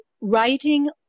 writing